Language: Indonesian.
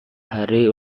hari